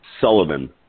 Sullivan